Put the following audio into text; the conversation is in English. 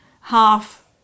half